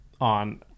on